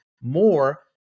more